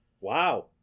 Wow